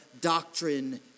doctrine